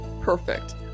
Perfect